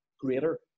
greater